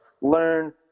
learn